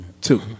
two